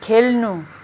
खेल्नु